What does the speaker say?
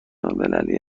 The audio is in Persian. الملی